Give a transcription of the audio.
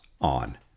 on